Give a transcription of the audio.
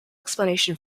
explanation